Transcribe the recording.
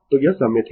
तो यह सममित है